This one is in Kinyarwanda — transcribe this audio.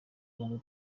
rwanda